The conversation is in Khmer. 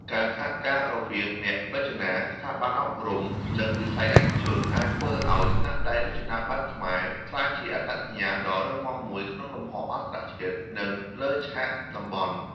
ការសហការរវាងអ្នករចនា ស្ថាប័នអប់រំ និងវិស័យឯកជន អាចធ្វើឲ្យស្នាដៃរចនាបែបខ្មែរ ក្លាយជាអត្តសញ្ញាណដ៏រឹងមាំមួយក្នុងលំហអន្តរជាតិ និងលើឆាកតំបន់។